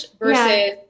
versus